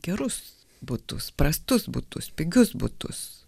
gerus butus prastus butus pigius butus